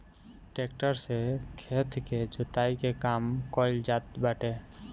tractor से खेत के जोताई के काम कइल जात बाटे